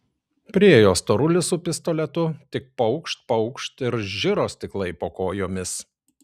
priėjo storulis su pistoletu tik paukšt paukšt ir žiro stiklai po kojomis